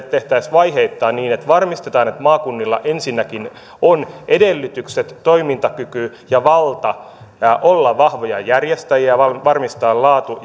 tehtäisiin vaiheittain niin että varmistetaan että maakunnilla ensinnäkin on edellytykset toimintakyky ja valta olla vahvoja järjestäjiä ja varmistaa laatu